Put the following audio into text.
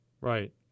Right